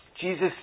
Jesus